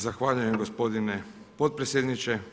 Zahvaljujem gospodine potpredsjedniče.